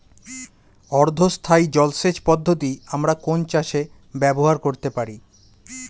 অর্ধ স্থায়ী জলসেচ পদ্ধতি আমরা কোন চাষে ব্যবহার করতে পারি?